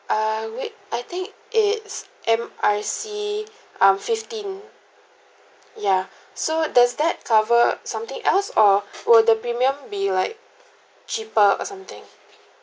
err wait I think it's M R C ah fifteen ya so does that cover something else or will the premium be like cheaper or something